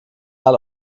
tal